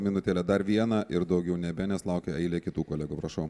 minutėlę dar vieną ir daugiau nebe nes laukia eilė kitų kolegų prašau